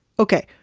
okay.